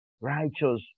Righteous